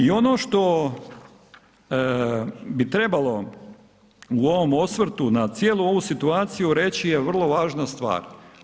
I ono što bi trebalo u ovom osvrtu na cijelu ovu situaciju reći je vrlo važna stvar.